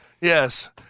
Yes